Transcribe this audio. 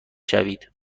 شوید